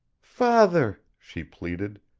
father, she pleaded,